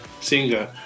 singer